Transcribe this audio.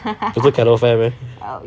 不是 cattle fair meh